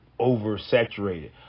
oversaturated